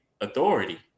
authority